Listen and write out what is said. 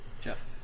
Jeff